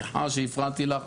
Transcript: סליחה שהפרעתי לך,